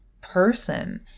person